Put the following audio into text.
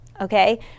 Okay